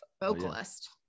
vocalist